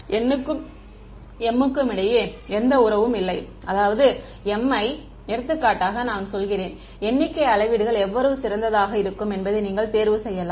n க்கும் m க்கும் இடையே எந்த உறவும் இல்லை மற்றும் அதாவது m யை எடுத்துக்காட்டாக நான் சொல்கிறேன் எண்ணிக்கை அளவீடுகள் எவ்வளவு சிறந்ததாக இருக்கும் என்பதை நீங்கள் தேர்வு செய்யலாம்